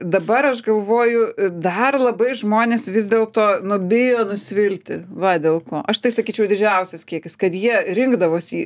dabar aš galvoju dar labai žmonės vis dėl to nu bijo nusivilti va dėl ko aš tai sakyčiau didžiausias kiekis kad jie rinkdavosi